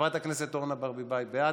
חברת הכנסת אורנה ברביבאי, בעד.